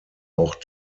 auch